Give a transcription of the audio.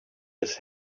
his